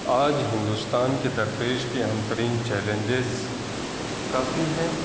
آج ہندوستان کے درپیش کے اہم ترین چلینجز کافی ہیں